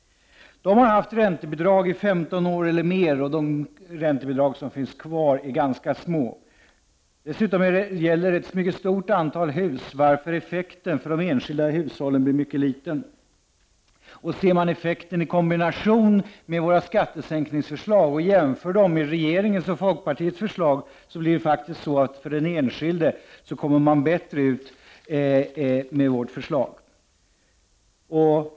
De har haft räntebidrag i 15 år eller mer. De räntebidrag som finns kvar är ganska små. Dessutom gäller de för ett mycket stort antal hus, varför effekten för de enskilda hushållen blir mycket liten. Ser man på effekten i kombination med våra skattesänkningsförslag och jämför dem med regeringens och folkpartiets förslag, finner man att den enskilde kommer att få det bättre med vårt förslag.